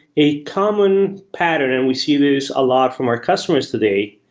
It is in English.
a common pattern, and we see this a lot from our customers today,